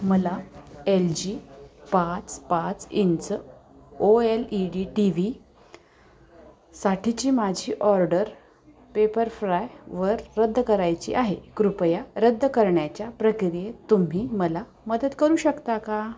मला L G पाच पाच इंच ओएलईडी टी व्हीसाठीची माझी ऑर्डर पेपरफ्रायवर रद्द करायची आहे कृपया रद्द करण्याच्या प्रक्रियेत तुम्ही मला मदत करू शकता का